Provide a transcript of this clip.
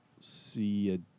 see